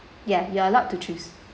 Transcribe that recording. ya you are allowed to choose